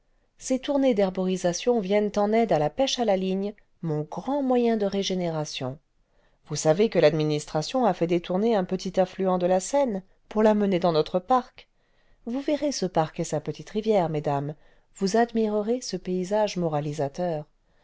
ces tournées d'herborisation viennent en aide à la pêche à la ligne mon grand moyen de régénération vous savez que l'administration a fait détourner un petit affluent de la seine pour l'amener dans notre parc vous verrez ce parc et sa petite rivière mesdames vous admirerez ce paysage moralisateur